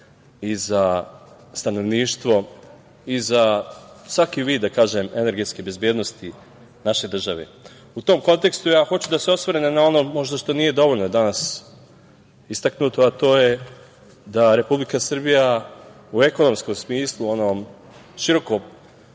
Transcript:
i za stanovništvo i za svaki vid, da kažem, energetske bezbednosti naše države.U tom kontekstu hoću da se osvrnem na ono što možda nije dovoljno danas istaknuto, a to je da Republika Srbija u ekonomskom smislu, onom široko